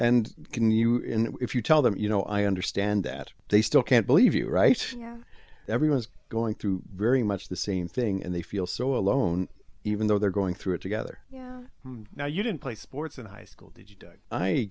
and can you if you tell them you know i understand that they still can't believe you're right everyone is going through very much the same thing and they feel so alone even though they're going through it together yeah now you didn't play sports in high school did you